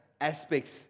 aspects